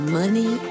money